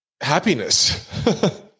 happiness